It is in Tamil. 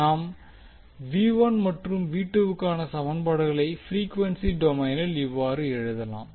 நாம் மற்றும் வுக்கான சமன்பாடுகளை பிரீக்வென்சி டொமைனில் இவ்வாறு எழுதலாம்